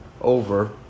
over